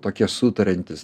tokie sutariantys